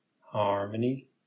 harmony